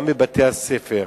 גם בבתי-הספר,